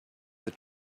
that